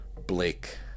Blake